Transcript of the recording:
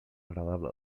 agradable